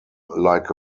like